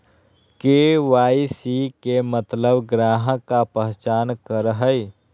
KYC के मतलब ग्राहक का पहचान करहई?